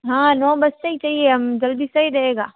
हाँ नौ बजते ही चाहिए हम जल्दी सही रहेगा